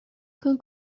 con